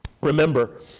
Remember